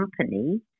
company